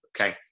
Okay